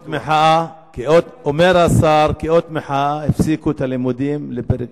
אומר השר, כאות מחאה הפסיקו את הלימודים לפרק,